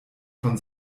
von